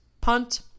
punt